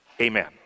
Amen